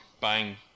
bang